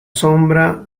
sombra